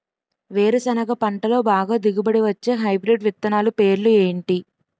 వేరుసెనగ పంటలో బాగా దిగుబడి వచ్చే హైబ్రిడ్ విత్తనాలు పేర్లు ఏంటి?